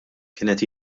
kienet